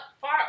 far